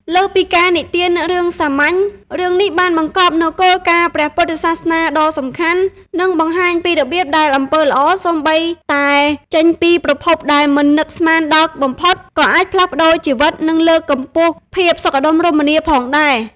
លើសពីការនិទានរឿងសាមញ្ញ រឿងនេះបានបង្កប់នូវគោលការណ៍ព្រះពុទ្ធសាសនាដ៏សំខាន់ និងបង្ហាញពីរបៀបដែលអំពើល្អ សូម្បីតែចេញពីប្រភពដែលមិននឹកស្មានដល់បំផុត ក៏អាចផ្លាស់ប្តូរជីវិត និងលើកកម្ពស់ភាពសុខដុមរមនាផងដែរ។